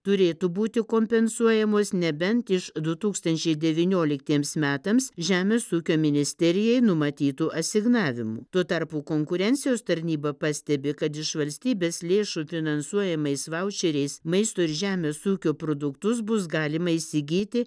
turėtų būti kompensuojamos nebent iš du tūkstančiai devynioliktiems metams žemės ūkio ministerijai numatytų asignavimų tuo tarpu konkurencijos tarnyba pastebi kad iš valstybės lėšų finansuojamais vaučeriais maisto ir žemės ūkio produktus bus galima įsigyti